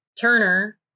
Turner